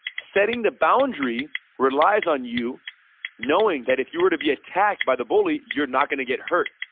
setting the boundary relies on you knowing that if you were to be attacked by the bully, you're not going to get hurt,